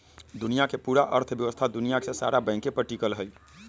दुनिया के पूरा अर्थव्यवस्था दुनिया के सारा बैंके पर टिकल हई